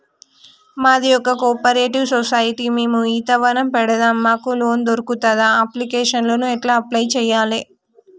మాది ఒక cooperative society మేము ఈత వనం పెడతం మాకు లోన్ దొర్కుతదా? అప్లికేషన్లను ఎట్ల అప్లయ్ చేయాలే?